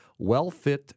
WellFit